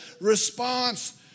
response